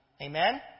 Amen